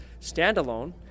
standalone